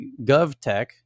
GovTech